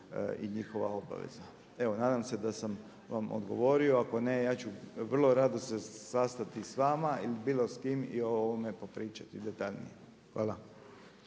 i njihova obaveza. Evo nadam se da sam vam odgovorio. Ako ne, ja ću vrlo rado se sastati sa vama ili bilo s kim ili o ovome popričati detaljnije. Hvala.